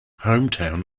hometown